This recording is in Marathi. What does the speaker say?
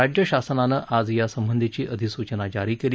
राज्य शासनानं आज यासबंधीची अधिसूचना जारी केली